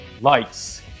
Lights